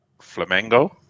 Flamengo